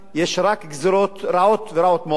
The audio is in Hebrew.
יש רק גזירות רעות ורעות מאוד.